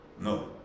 No